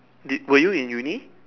did were you in Uni